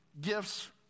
gifts